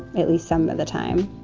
at least some of the time